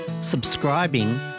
subscribing